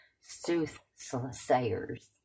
soothsayers